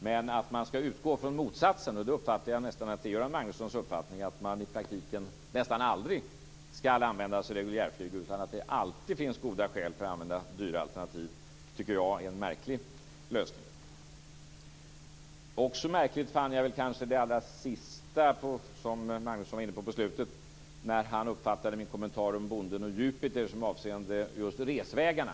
Men att man skall utgå från motsatsen, det uppfattade jag nästan är Göran Magnussons uppfattning, att man i praktiken nästan aldrig skall använda sig av reguljärflyg utan att det alltid finns goda skäl att använda dyrare alternativ tycker jag är en märklig lösning. Också märkligt fann jag det allra sista som Magnusson var inne på när han uppfattade min kommentar om bonden och Jupiter som avseende just resvägarna.